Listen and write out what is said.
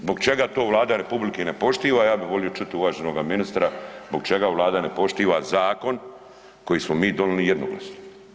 Zbog čega to Vlada republike ne poštiva ja bi volio čuti uvaženoga ministra, zbog čega vlada ne poštiva zakon koji smo mi donijeli jednoglasno?